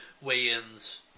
weigh-ins